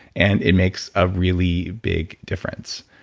and it makes a really big difference.